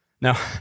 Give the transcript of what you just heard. Now